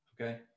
Okay